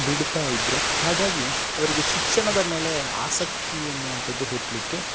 ಬಿಡ್ತಾ ಇದ್ದರು ಹಾಗಾಗಿ ಅವರಿಗೆ ಶಿಕ್ಷಣದ ಮೇಲೆ ಆಸಕ್ತಿ ಎನ್ನುವಂಥದ್ದು ಹುಟ್ಟಲಿಕ್ಕೆ